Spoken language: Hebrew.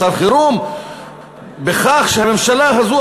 מצב חירום בכך שהממשלה הזאת,